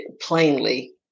plainly